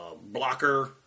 blocker